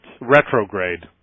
Retrograde